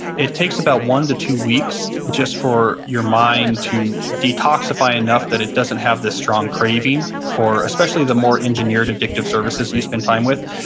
it takes about one to two weeks just for your mind to detoxify enough that it doesn't have this strong craving for, especially the more engineered addictive services you spend time with.